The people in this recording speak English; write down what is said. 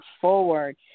forward